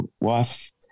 wife